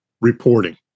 reporting